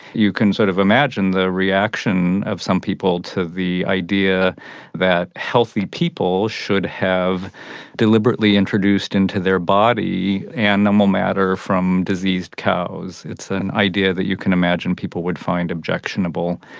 you can sort of imagine the reaction of some people to the idea that healthy people should have deliberately introduced into their body animal matter from diseased cows. it's an idea that you can imagine people would find objectionable.